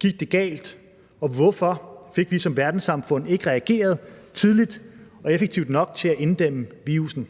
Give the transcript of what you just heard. gik det galt, og hvorfor fik vi som verdenssamfund ikke reageret tidligt og effektivt nok til at inddæmme virussen?